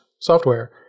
software